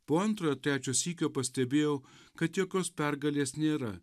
po antrojo trečio sykio pastebėjau kad jokios pergalės nėra